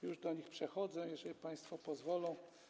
Już do nich przechodzę, jeżeli państwo pozwolą.